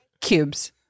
Cubes